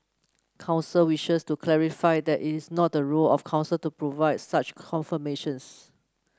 council wishes to clarify that it is not the role of council to provide such confirmations